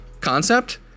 concept